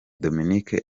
dominic